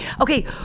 Okay